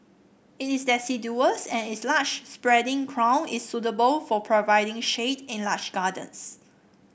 it is deciduous and its large spreading crown is suitable for providing shade in large gardens